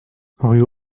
rue